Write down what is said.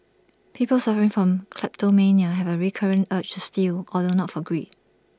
people suffering from kleptomania have A recurrent urge to steal although not for greed